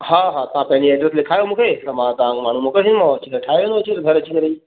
हा हा तां पंहिंजी एड्रेस लिखायो मूंखे त मां तव्हांखे माण्हू मोकिले छॾींदोमांव अची करे ठाहे वेंदव घरि अची करे ई